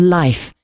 life